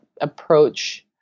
approach